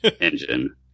engine